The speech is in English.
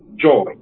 joy